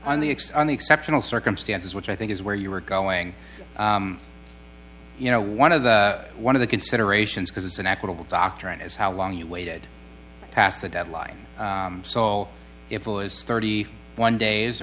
i'm the ex on the exceptional circumstances which i think is where you are going you know one of the one of the considerations because it's an equitable doctrine is how long you waited past the deadline saul if it was thirty one days